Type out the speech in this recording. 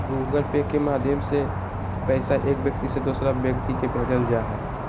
Google Pay के माध्यम से पैसा एक व्यक्ति से दोसर व्यक्ति के भेजल जा हय